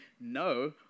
No